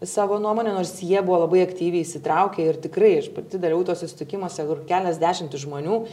savo nuomonę nors jie buvo labai aktyviai įsitraukę ir tikrai pati dariau tuose susitikimuose kur keliasdešimtys žmonių